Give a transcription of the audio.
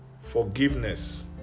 forgiveness